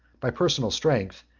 by personal strength,